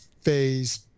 phase